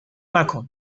مکن